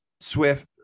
swift